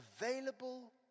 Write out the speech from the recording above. available